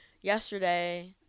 yesterday